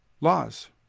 laws